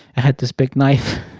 i had this big knife